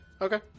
Okay